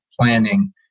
planning